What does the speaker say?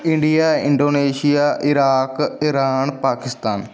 India Indonesia Iraq Iran Pakistan